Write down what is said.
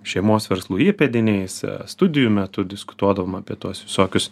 šeimos verslų įpėdiniais studijų metu diskutuodavom apie tuos visokius